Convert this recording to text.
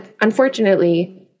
unfortunately